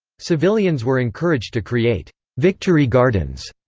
civilians were encouraged to create victory gardens,